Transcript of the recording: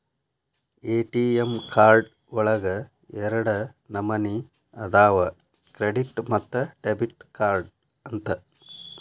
ATM card ಒಳಗ ಎರಡ ನಮನಿ ಅದಾವ ಕ್ರೆಡಿಟ್ ಮತ್ತ ಡೆಬಿಟ್ ಕಾರ್ಡ್ ಅಂತ